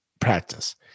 practice